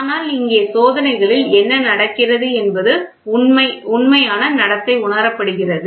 ஆனால் இங்கே சோதனைகளில் என்ன நடக்கிறது என்பது உண்மையான நடத்தை உணரப்படுகிறது